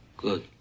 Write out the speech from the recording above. Good